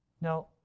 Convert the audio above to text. Now